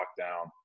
lockdown